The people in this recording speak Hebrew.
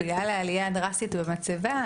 בגלל העלייה הדרסטית במצבה,